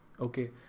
okay